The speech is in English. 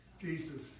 Jesus